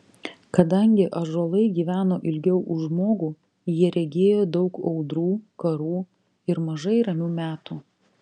kadangi ąžuolai gyveno ilgiau už žmogų jie regėjo daug audrų karų ir mažai ramių metų